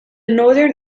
northern